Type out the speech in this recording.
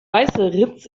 weißeritz